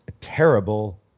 terrible